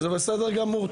זה בסדר גמור,